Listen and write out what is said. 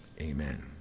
Amen